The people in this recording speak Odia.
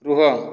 ରୁହ